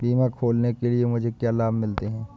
बीमा खोलने के लिए मुझे क्या लाभ मिलते हैं?